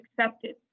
accepted